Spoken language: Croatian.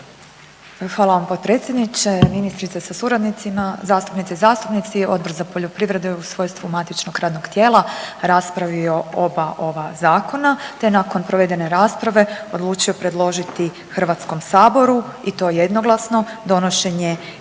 Hvala vam potpredsjedniče. Ministrice sa suradnicima, zastupnice, zastupnici. Odbor za poljoprivredu je u svojstvu matičnog radnog tijela rasprava oba ova zakona te nakon provedene rasprave odlučio predložiti HS-u i to jednoglasno donošenje Prijedloga